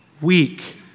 weak